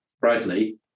Bradley